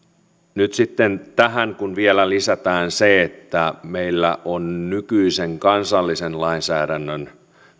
nyt kun tähän vielä lisätään se että meillä on nykyisen kansallisen lainsäädännön